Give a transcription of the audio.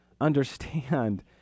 Understand